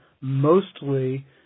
mostly